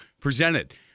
presented